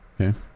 Okay